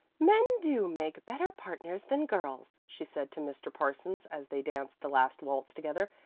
men do make better partners than girls, she said to mr. parsons as they danced the last waltz together.